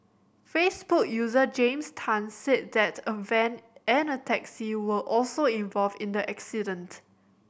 Facebook user James Tan said that a van and a taxi were also involved in the accident